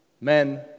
Men